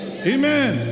Amen